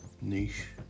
niche